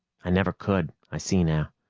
i never could, i see now.